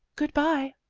good-bye.